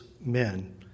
men